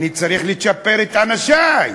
אני צריך לצ'פר את אנשי.